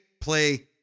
play